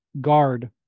guard